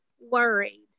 worried